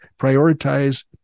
Prioritize